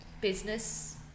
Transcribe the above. business